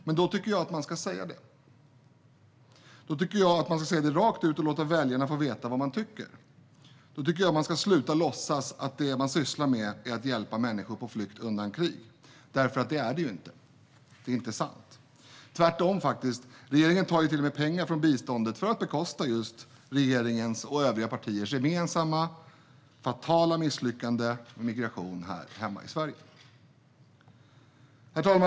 Men då tycker jag att man ska säga det rakt ut och låta väljarna få veta vad man tycker. Då tycker jag att man ska sluta låtsas att det man sysslar med är att hjälpa människor på flykt undan krig, för det är det ju inte. Det är inte sant, utan det är faktiskt tvärtom. Regeringen tar till och med pengar från biståndet för att bekosta regeringens och övriga partiers gemensamma, fatala misslyckande med migrationen här hemma i Sverige. Herr talman!